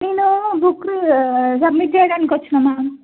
నేను book submit చేయడానికి వచ్చాను మ్యామ్